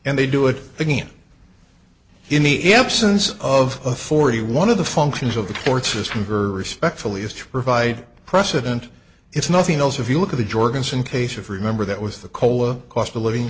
and they do it again in the absence of a forty one of the functions of the court system very respectfully is to provide precedent if nothing else if you look at the jorgensen case of remember that was the cola cost of living